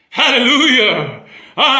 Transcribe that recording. hallelujah